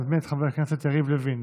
אני מזמין את חבר הכנסת יריב לוין,